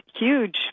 huge